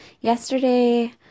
yesterday